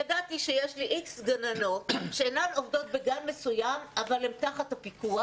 ידעתי שיש ליX גננות שאינן עובדות בגן מסוים אבל הן תחת הפיקוח.